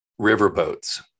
riverboats